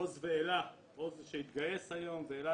עוז שהתגייס היום ואלה,